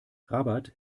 rabat